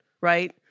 right